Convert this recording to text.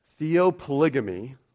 Theopolygamy